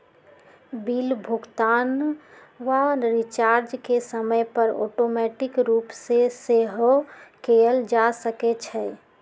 bill भुगतान आऽ recharge के समय पर ऑटोमेटिक रूप से सेहो कएल जा सकै छइ